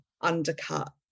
undercut